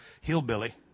hillbilly